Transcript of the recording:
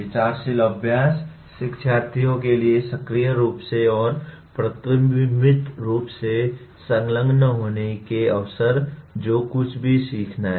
विचारशील अभ्यास शिक्षार्थियों के लिए सक्रिय रूप से और प्रतिबिंबित रूप से संलग्न होने के अवसर जो कुछ भी सीखना है